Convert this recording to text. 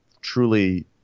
truly